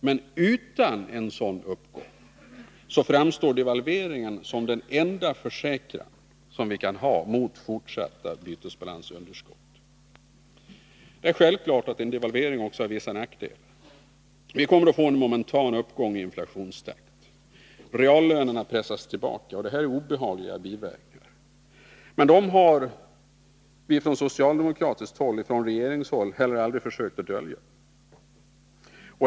Men utan en sådan uppgång framstår devalveringen som den enda försäkran som vi kan ha mot fortsatta bytesbalansunderskott. Det är självklart att en devalvering också har vissa nackdelar. Vi kommer att få en momentan uppgång i inflationstakten. Reallönerna pressas tillbaka, och det är obehagliga biverkningar. Men dem har vi från socialdemokratiskt håll, från regeringshåll, heller aldrig försökt att dölja.